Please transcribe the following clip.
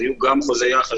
אז יהיו גם חוזי יחס,